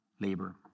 labor